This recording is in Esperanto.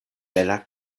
bela